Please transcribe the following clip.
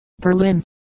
Berlin